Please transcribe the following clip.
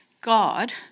God